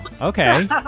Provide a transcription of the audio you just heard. Okay